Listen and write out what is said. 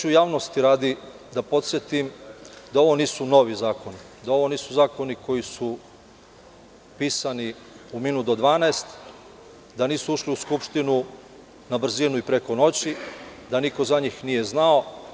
Hoću javnosti radi da podsetim da ovo nisu novi zakoni, da ovo nisu zakoni koji su pisani u minut do dvanaest, da nisu ušli u Skupštinu na brzinu i preko noći, da niko za njih nije znao.